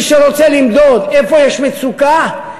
מי שרוצה למדוד איפה יש מצוקה,